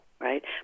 right